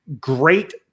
great